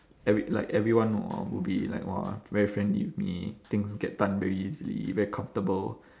every like everyone would be like !wah! very friendly with me things get done very easily very comfortable